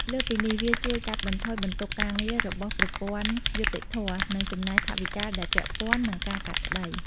លើសពីនេះ វាជួយកាត់បន្ថយបន្ទុកការងាររបស់ប្រព័ន្ធយុត្តិធម៌ និងចំណាយថវិកាដែលពាក់ព័ន្ធ នឹងការកាត់ក្តី។